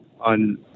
on